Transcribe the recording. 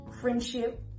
friendship